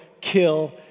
kill